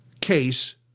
case